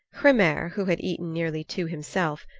hrymer, who had eaten nearly two himself,